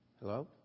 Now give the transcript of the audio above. Hello